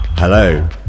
Hello